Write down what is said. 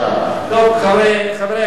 חברי הכנסת,